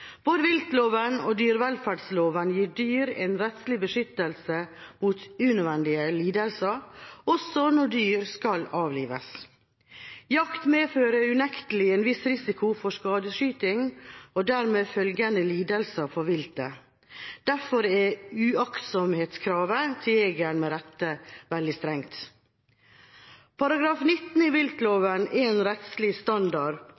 Både viltloven og dyrevelferdsloven gir dyr en rettslig beskyttelse mot unødvendige lidelser, også når dyr skal avlives. Jakt medfører unektelig en viss risiko for skadeskyting og dermed påfølgende lidelser for viltet. Derfor er aktsomhetskravet til jegeren med rette veldig strengt. Paragraf 19 i viltloven er en rettslig standard